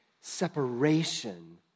separation